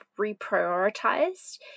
reprioritized